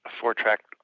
four-track